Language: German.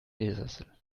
ledersessel